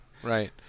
Right